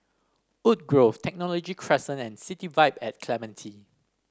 Woodgrove Technology Crescent and City Vibe and Clementi